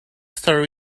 story